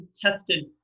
tested